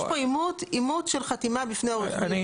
יש פה אימות של חתימה בפני עורך דין.